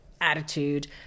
attitude